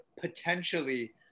potentially